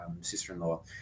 sister-in-law